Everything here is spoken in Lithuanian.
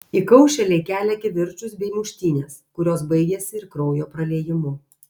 įkaušėliai kelia kivirčus bei muštynes kurios baigiasi ir kraujo praliejimu